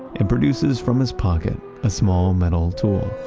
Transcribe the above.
and produces from his pocket, a small metal tool.